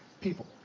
people